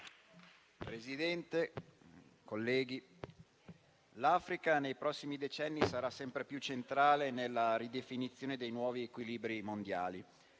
Presidente, colleghi, l'Africa nei prossimi decenni sarà sempre più centrale nella ridefinizione dei nuovi equilibri mondiali.